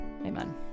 amen